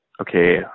okay